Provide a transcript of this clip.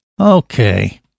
Okay